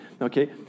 okay